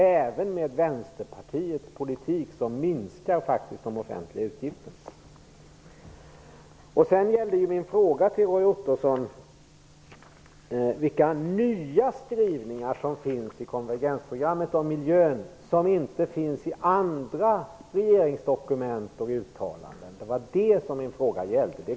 Även med Vänsterpartiets politik minskar faktiskt de offentliga utgifterna. Min fråga till Roy Ottosson gällde vilka nya skrivningar om miljön det finns i konvergensprogrammet som alltså inte finns i andra regeringsdokument och uttalanden. Det var det min fråga gällde.